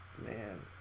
Man